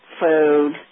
food